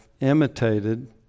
imitated